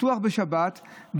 פתוח בשבת,